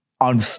on